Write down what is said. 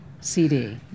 cd